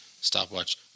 stopwatch